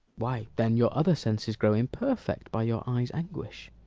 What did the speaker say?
why, then, your other senses grow imperfect by your eyes' anguish.